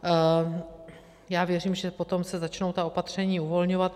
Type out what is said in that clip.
A já věřím, že potom se začnou ta opatření uvolňovat.